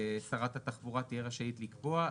ששרת התחבורה תהיה רשאית לקבוע.